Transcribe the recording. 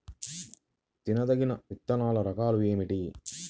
తినదగిన విత్తనాల రకాలు ఏమిటి?